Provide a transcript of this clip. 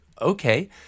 okay